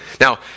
Now